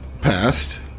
passed